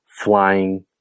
flying